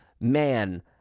man